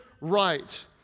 right